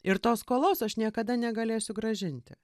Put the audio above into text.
ir tos skolos aš niekada negalėsiu grąžinti